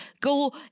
go